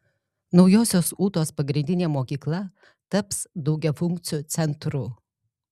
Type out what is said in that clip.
naujosios ūtos pagrindinė mokykla taps daugiafunkciu centru